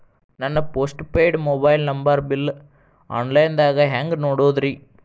ನನ್ನ post paid mobile number bill, online ದಾಗ ಹ್ಯಾಂಗ್ ನೋಡೋದ್ರಿ?